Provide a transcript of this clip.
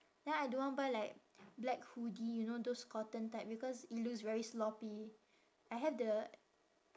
then I don't want buy like black hoodie you know those cotton type because it looks very sloppy I have the